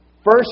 First